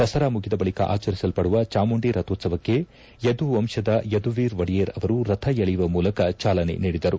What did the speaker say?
ದಸರಾ ಮುಗಿದ ಬಳಿಕ ಆಚರಿಸಲ್ಲಡುವ ಚಾಮುಂಡಿ ರಥೋತ್ವವಕ್ಕೆ ಯದುವಂಶ್ವ ಯದುವೀರ್ ಒಡೆಯರ್ ಅವರು ರಥ ಎಳೆಯುವ ಮುಲಕ ಇದಕ್ಕೆ ಚಾಲನೆ ನೀಡಿದರು